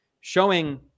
showing